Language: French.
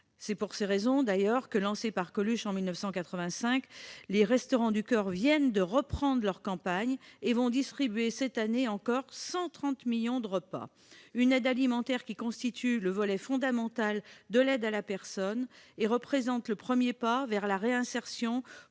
pour cette raison que, lancés par Coluche en 1985, les Restaurants du coeur viennent de reprendre leur campagne. Ils distribueront, cette année encore, 130 millions de repas. Cette aide alimentaire constitue le volet fondamental de l'aide à la personne et représente le premier pas vers la réinsertion